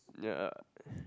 yeah